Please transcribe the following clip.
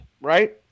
right